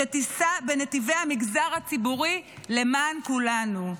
שתיסע בנתיבי המגזר הציבורי למען כולנו.